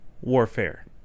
warfare